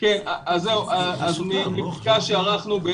מבדיקה שערכנו,